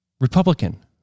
Republican